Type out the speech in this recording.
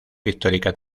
pictórica